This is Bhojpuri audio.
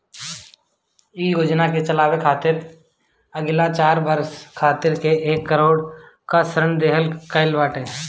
इ योजना के चलावे खातिर अगिला चार बरिस खातिर एक करोड़ कअ ऋण देहल गईल बाटे